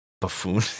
buffoon